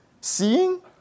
seeing